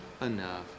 enough